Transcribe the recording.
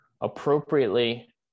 appropriately